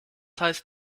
heißt